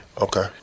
okay